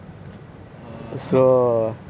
is it what must you do